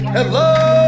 Hello